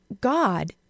God